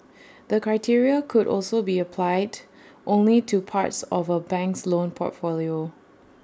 the criteria could also be applied only to parts of A bank's loan portfolio